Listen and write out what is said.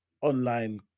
online